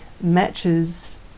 matches